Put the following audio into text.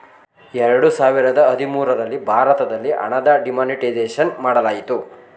ಎರಡು ಸಾವಿರದ ಹದಿಮೂರಲ್ಲಿ ಭಾರತದಲ್ಲಿ ಹಣದ ಡಿಮಾನಿಟೈಸೇಷನ್ ಮಾಡಲಾಯಿತು